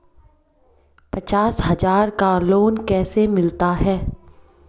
पचास हज़ार का लोन कैसे मिलता है?